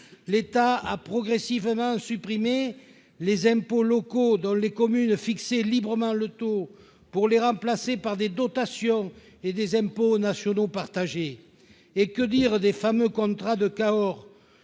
L'État a progressivement supprimé les impôts locaux, dont les communes fixaient librement le taux, pour les remplacer par des dotations et des impôts nationaux partagés. Et que dire des fameux contrats de Cahors